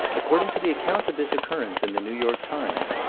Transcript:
according to the account of this occurrence in the new york times,